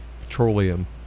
petroleum